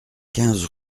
quinze